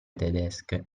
tedesche